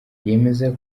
yemeza